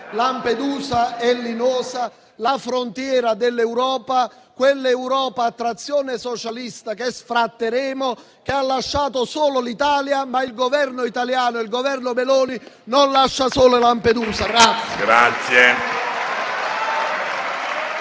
Lampedusa e Linosa, la frontiera dell'Europa, quell'Europa a trazione socialista che sfratteremo e che ha lasciato sola l'Italia, ma il Governo italiano e il Governo Meloni non lasciano sola Lampedusa.